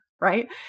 right